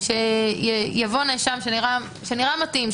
שיבוא נאשם שנראה מתאים,